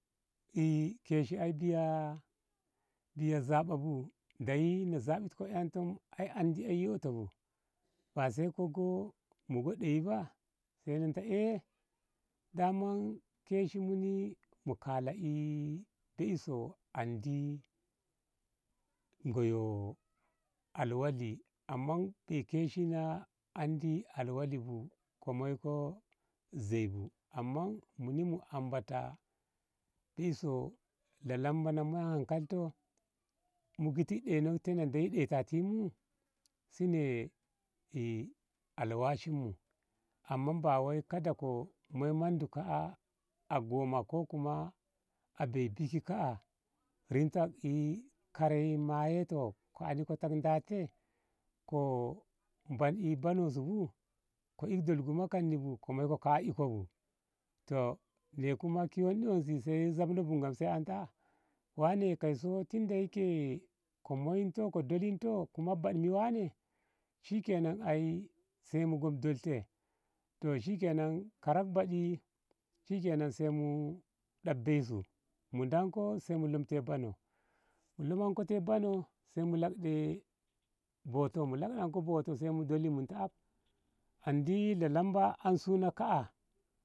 ee keshi ai biya biya zaba bu ndeyi na zabitko ƙanto ai an ƙamaɗɗibu ba sai mu go mu go ɗeyi ba sai nanta e daman keshi mu kala be. e na an alwali amma bei keshi na an alwali ko moiko zai bu amma muni mu ambata bei so lalamba na an hankalitoh mu gitik ɗeinok te na ndeyi ɗeitati mu sini alwashinmu amma ba woi kada ko moi mondu ka. a a goma ko kuma a bei biki ka. a rinto karai mayeto ko ani ta ko da te ko ban e bano su bu ko ik dol goma kanni bu ko moiko woi iko bu toh nei kuma sai ki wonde zab no bunga sai ani ta a wane kaiso tunda yake ko moyi toh ko dolin toh kuma baɓ mi wane shikenan ai sai mu go mu dol te toh shikenan karak ɓaɗi shikenan sai mu ɗdaf beisu mu danko sai mu lam te banoh mu lamanko te banoh sai mu lakɗe boto mu lakɗan ko boto sai mu doli mun ta af andi lalamba an sun ka. a.